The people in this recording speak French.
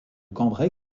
cambrai